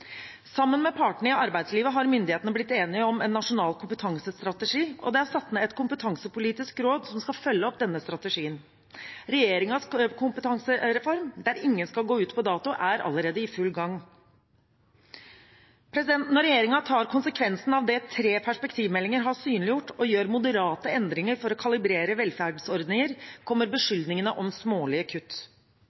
Sammen med partene i arbeidslivet har myndighetene blitt enige om en nasjonal kompetansestrategi, og det er satt ned et kompetansepolitisk råd som skal følge opp denne strategien. Regjeringens kompetansereform, der ingen skal gå ut på dato, er allerede i full gang. Når regjeringen tar konsekvensen av det tre perspektivmeldinger har synliggjort, og gjør moderate endringer for å kalibrere velferdsordninger, kommer beskyldningene om smålige kutt.